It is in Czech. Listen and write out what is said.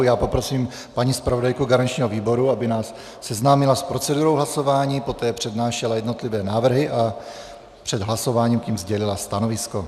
Já poprosím paní zpravodajku garančního výboru, aby nás seznámila s procedurou hlasování, poté přednášela jednotlivé návrhy a před hlasováním k nim sdělila stanovisko.